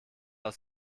aus